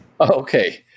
Okay